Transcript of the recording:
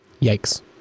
Yikes